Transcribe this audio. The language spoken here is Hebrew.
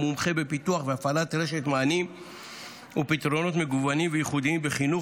המומחה בפיתוח ובהפעלת רשת מענים ופתרונות מגוונים וייחודיים בחינוך